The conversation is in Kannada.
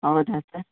ಹೌದಾ ಸರ್